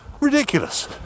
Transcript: Ridiculous